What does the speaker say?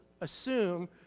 assume